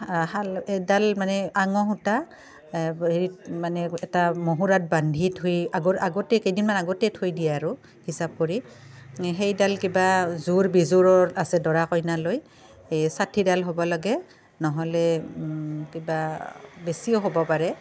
শালডাল মানে আঙসূতা হেৰিত মানে এটা মহুৰাত বান্ধি থৈ আগত আগতেই কেইদিনমান আগতেই থৈ দিয়ে আৰু হিচাপ কৰি সেইদাল কিবা যোৰ বিযোৰৰ আছে দৰা কইনালৈ এই ষাঠিডাল হ'ব লাগে নহ'লে কিবা বেছিও হ'ব পাৰে